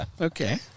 okay